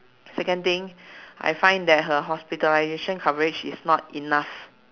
second thing I find that her hospitalization coverage is not enough